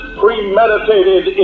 premeditated